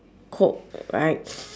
coke right